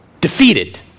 Defeated